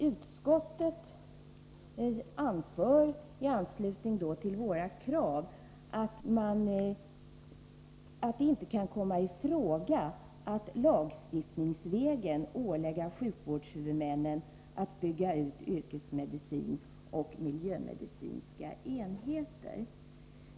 Utskottet anför i anslutning till våra krav att det inte kan komma i fråga att lagstiftningsvägen ålägga sjukvårdshuvudmännen att bygga ut yrkesmedicinska kliniker och miljömedicinska enheter.